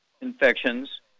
infections